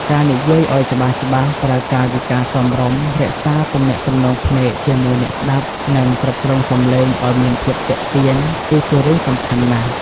ការនិយាយឲ្យច្បាស់ៗ ប្រើកាយវិការសមរម្យ រក្សាទំនាក់ទំនងភ្នែកជាមួយអ្នកស្តាប់ និងគ្រប់គ្រងសម្លេងឲ្យមានភាពទាក់ទាញ គឺជារឿងសំខាន់ណាស់។